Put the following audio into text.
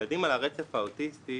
ילדים על הרצף האוטיסטי